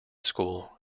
school